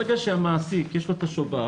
ברגע שלמעסיק יש את השובר,